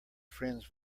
friends